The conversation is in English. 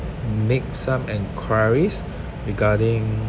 make some enquiries regarding